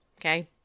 Okay